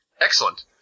Excellent